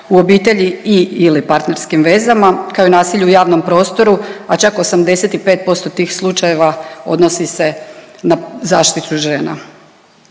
u obitelji i/ili partnerskim vezama kao i nasilju u javnom prostoru, a čak 85% tih slučajeva odnosi se na zaštitu žena.